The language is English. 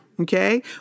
Okay